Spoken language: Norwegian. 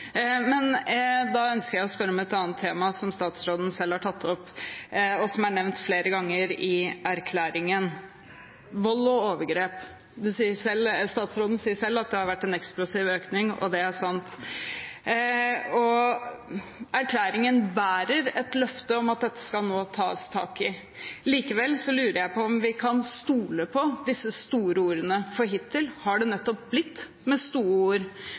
men om han ønsket å lytte til de tilbakemeldingene som har kommet. Da ønsker jeg å spørre om et annet tema som statsråden selv har tatt opp, og som er nevnt flere ganger i erklæringen – vold og overgrep. Statsråden sier selv at det har vært en eksplosiv økning, og det er sant. Erklæringen bærer et løfte om at dette nå skal tas tak i. Likevel lurer jeg på om vi kan stole på disse store ordene, for hittil har det nettopp blitt med store ord.